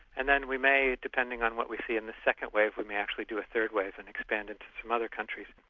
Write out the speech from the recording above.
and then we may, depending on what we see in the second wave, we may actually do a third wave and expand it to some other countries.